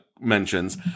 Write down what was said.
mentions